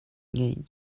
ngeih